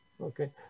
Okay